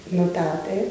notate